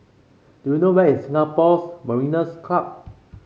do you know where is Singapore Mariners' Club